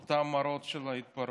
את אותם מראות של התפרעות.